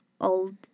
old